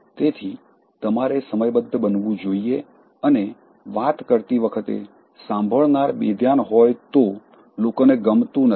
તેથી તમારે સમયબદ્ધ બનવું જોઈએ અને વાત કરતી વખતે સાંભળનાર બેધ્યાન હોય તો લોકોને ગમતું નથી